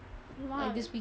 !wow!